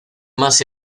más